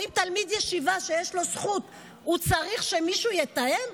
האם תלמיד ישיבה שיש לו זכות צריך שמישהו יתאם?